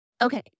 Okay